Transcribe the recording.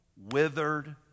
withered